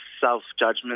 self-judgment